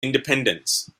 independence